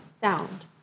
sound